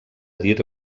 dir